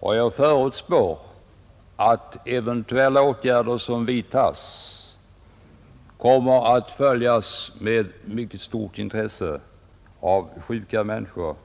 Jag förutspår att eventuella åtgärder som vidtas kommer att följas med mycket stort intresse av sjuka människor,